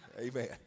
Amen